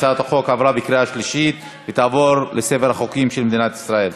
הצעת החוק עברה בקריאה השלישית ותעבור לספר החוקים של מדינת ישראל.